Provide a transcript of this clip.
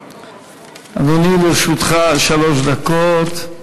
אדוני, לרשותך שלוש דקות.